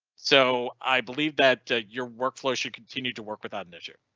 so i believe that your workflow should continue to work without an issue.